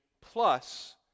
plus